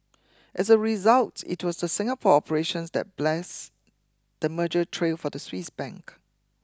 as a result it was the Singapore operations that bless the merger trail for the Swiss bank